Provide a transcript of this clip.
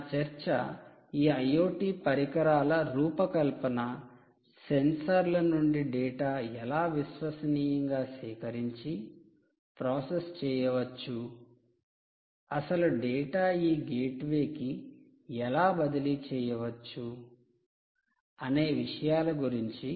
నా చర్చ ఈ IoT పరికరాల రూపకల్పన సెన్సార్ల నుండి డేటా ఎలా విశ్వసనీయంగా సేకరించి ప్రాసెస్ చేయవచ్చు అసలు డేటా ఈ గేట్వే కి ఎలా బదిలీ చేయవచ్చు అనే విషయాల గురించి